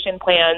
plans